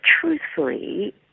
truthfully